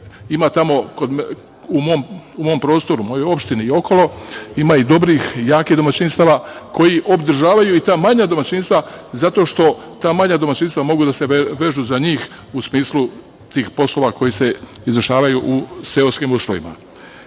Jedno od rešenje, u mojoj opštini ima dobrih i jakih domaćinstava koja održavaju i ta manja domaćinstva zato što ta manja domaćinstva mogu da se vežu za njih u smislu tih poslova koji se izvršavaju u seoskim uslovima.U